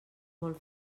molt